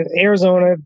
Arizona